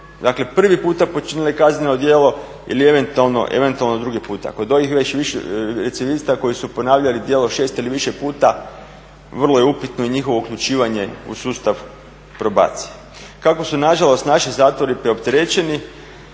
dakle prvi puta počinile kazneno djelo ili eventualno drugi puta. Kod ovih već, recidivista koji su ponavljali djelo šest ili više puta vrlo je upitno i njihovo uključivanje u sustav probacije. Kako su na žalost naši zatvori preopterećeni